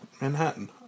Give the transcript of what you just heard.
Manhattan